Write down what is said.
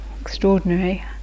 extraordinary